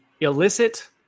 illicit